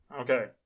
okay